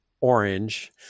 orange